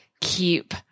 keep